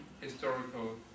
historical